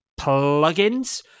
Plugins